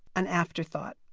and afterthought.